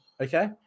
Okay